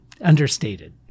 understated